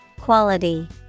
Quality